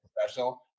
professional